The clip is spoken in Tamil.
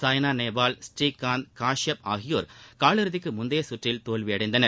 சாய்னா நேவால் பூரீகாந்த் காலியப் ஆகியோர் கால் இறுதிக்கு முந்தைய சுற்றில் தோல்வியடைந்தனர்